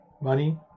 money